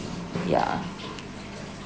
yeah